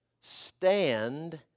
stand